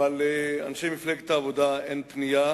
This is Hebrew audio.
לאנשי מפלגת העבודה אין פנייה,